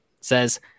says